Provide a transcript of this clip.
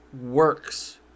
works